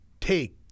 take